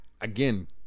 again